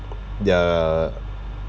they're